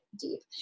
deep